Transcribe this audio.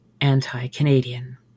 anti-Canadian